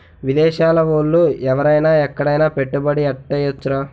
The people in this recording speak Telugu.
విదేశాల ఓళ్ళు ఎవరైన ఎక్కడైన పెట్టుబడి ఎట్టేయొచ్చురా